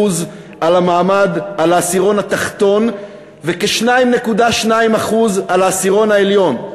על העשירון התחתון וכ-2.2% על העשירון העליון?